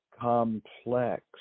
complex